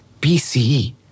BCE